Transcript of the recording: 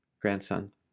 grandson